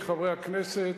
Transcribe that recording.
מחברי הכנסת,